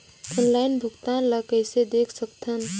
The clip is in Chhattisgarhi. ऑनलाइन भुगतान ल कइसे देख सकथन?